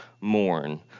mourn